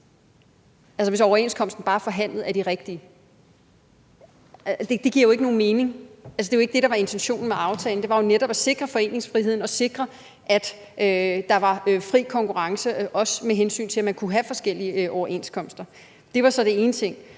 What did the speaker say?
altså hvis overenskomsten bare er forhandlet af de rigtige. Det giver jo ikke nogen mening. Det var jo ikke det, der var intentionen med aftalen, men det var jo netop at sikre foreningsfriheden og sikre, at der var fri konkurrence, også med hensyn til, at man kunne have forskellige overenskomster. Det var så den ene ting.